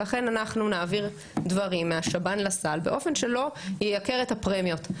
ולכן אנחנו נעביר דברים מהשב"ן לסל באופן שלא ייקר את הפרמיות.